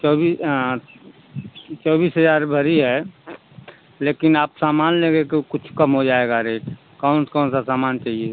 चौबी चौबीस हजार भरी है लेकिन आप सामान लेंगे तो कुछ कम हो जाएगा रेट कौन कौन सा सामान चाहिए